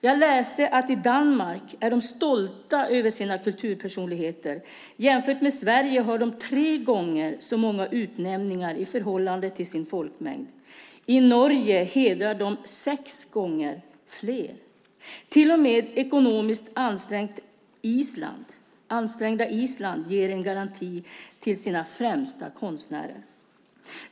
Jag läste att de i Danmark är stolta över sina kulturpersonligheter. Jämfört med Sverige har de tre gånger så många utnämningar i förhållande till sin folkmängd. I Norge hedrar de sex gånger fler. Till och med det ekonomiskt ansträngda Island ger en garanti till sina främsta konstnärer.